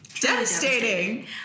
devastating